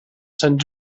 sant